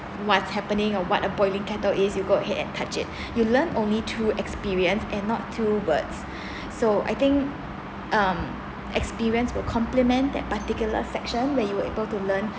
what's happening or what a boiling kettle is you go ahead and touch it you learn only through experience and not through words so I think um experience will compliment that particular section where you were able to learn